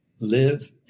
live